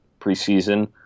preseason